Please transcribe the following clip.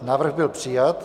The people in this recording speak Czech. Návrh byl přijat.